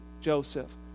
Joseph